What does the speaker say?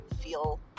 feel